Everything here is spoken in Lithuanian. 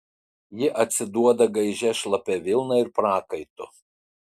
ji atsiduoda gaižia šlapia vilna ir prakaitu